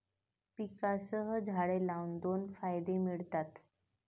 पिकांसह झाडे लावून दोन फायदे मिळतात